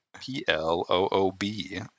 P-L-O-O-B